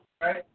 right